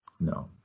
No